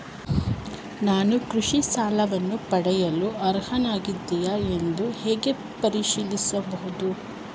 ನಾನು ಕೃಷಿ ಸಾಲವನ್ನು ಪಡೆಯಲು ಅರ್ಹನಾಗಿದ್ದೇನೆಯೇ ಎಂದು ಹೇಗೆ ಪರಿಶೀಲಿಸಬಹುದು?